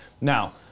Now